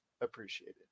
appreciated